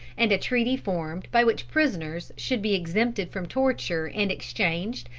and a treaty formed by which prisoners should be exempted from torture and exchanged,